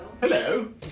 Hello